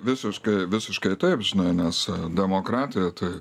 visiškai visiškai taip žinai nes demokratija tai